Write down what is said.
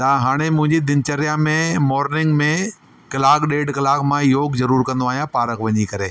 त हाणे मुंहिंजी दिनचर्या में मॉर्निंग में कलाकु ॾेढ कलाकु मां योग जरूर कंदो आहियां पार्क वञी करे